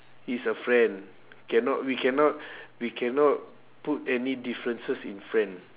it's a friend cannot we cannot we cannot put any differences in friend